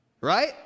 Right